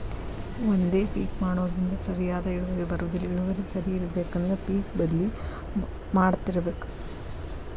ಒಂದೇ ಪಿಕ್ ಮಾಡುದ್ರಿಂದ ಸರಿಯಾದ ಇಳುವರಿ ಬರುದಿಲ್ಲಾ ಇಳುವರಿ ಸರಿ ಇರ್ಬೇಕು ಅಂದ್ರ ಪಿಕ್ ಬದ್ಲಿ ಮಾಡತ್ತಿರ್ಬೇಕ